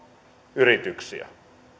yrityksiä